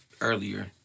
earlier